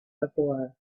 before